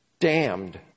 damned